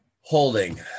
Holding